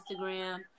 instagram